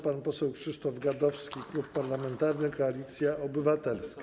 Pan poseł Krzysztof Gadowski, Klub Parlamentarny Koalicja Obywatelska.